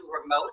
remote